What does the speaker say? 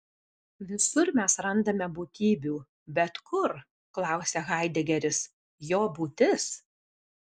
visur mes randame būtybių bet kur klausia haidegeris jo būtis